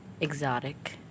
exotic